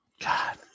god